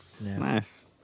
Nice